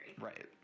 Right